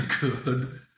good